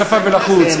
גם אם זה רק מהשפה ולחוץ.